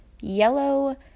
yellow